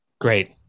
Great